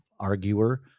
arguer